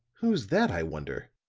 who's that, i wonder?